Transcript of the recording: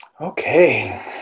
okay